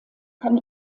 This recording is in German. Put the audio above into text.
kann